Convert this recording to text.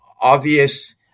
obvious